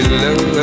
love